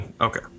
Okay